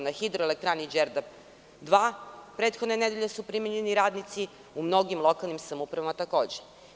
Na Hidroelektrani „Đerdap 2“ prethodne nedelje su primljeni radnici, u mnogim lokalnim samoupravama takođe.